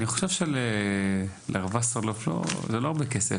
אני חושב שלשר וסרלאוף זה לא עולה הרבה כסף.